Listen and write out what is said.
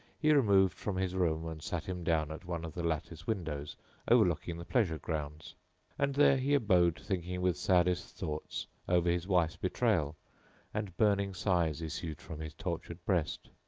he removed from his room and sat him down at one of the lattice windows overlooking the pleasure grounds and there he abode thinking with saddest thought over his wife's betrayal and burning sighs issued from his tortured breast.